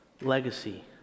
legacy